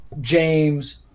James